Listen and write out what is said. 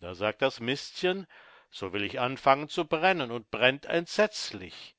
da sagt das mistchen so will ich anfangen zu brennen und brennt entsetzlich